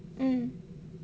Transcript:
mm